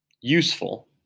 useful